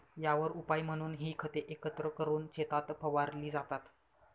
यावर उपाय म्हणून ही खते एकत्र करून शेतात फवारली जातात